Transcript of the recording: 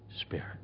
Spirit